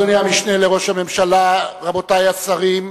אדוני המשנה לראש הממשלה, רבותי השרים,